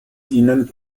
ihnen